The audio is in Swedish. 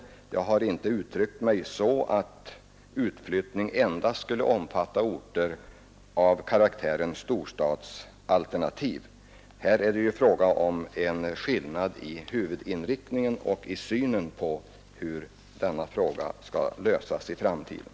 Jag har inte uttryckt mig så att utflyttning endast skulle omfatta orter av karaktären storstäder. Här är det fråga om en skillnad i huvudinriktningen och i synen på hur denna fråga skall lösas i framtiden.